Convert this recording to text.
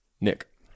Nick